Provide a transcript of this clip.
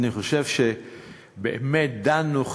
אני חושב שבאמת דנו,